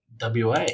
WA